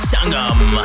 Sangam